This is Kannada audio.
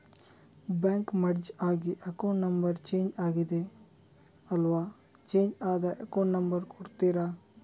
ಬ್ಯಾಂಕ್ ಮರ್ಜ್ ಆಗಿ ಅಕೌಂಟ್ ನಂಬರ್ ಚೇಂಜ್ ಆಗಿದೆ ಅಲ್ವಾ, ಚೇಂಜ್ ಆದ ಅಕೌಂಟ್ ನಂಬರ್ ಕೊಡ್ತೀರಾ?